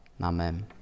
Amen